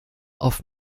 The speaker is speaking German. auf